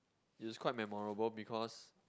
is quite memorable because